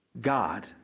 God